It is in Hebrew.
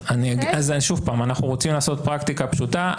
שוב, אנחנו רוצים לעשות פרקטיקה פשוטה.